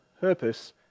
purpose